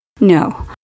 No